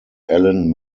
alan